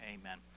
Amen